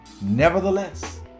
Nevertheless